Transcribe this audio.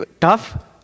tough